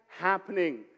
happening